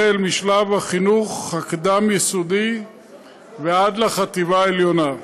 משלב החינוך הקדם-יסודי ועד לחטיבה העליונה.